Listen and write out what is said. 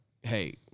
hey